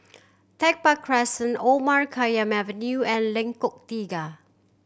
Tech Park Crescent Omar Khayyam Avenue and Lengkok Tiga